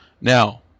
Now